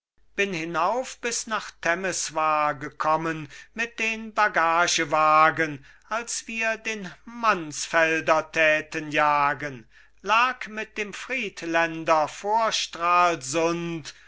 bin hinauf bis nach temeswar gekommen mit den bagagewagen als wir den mansfelder täten jagen lag mit dem friedländer vor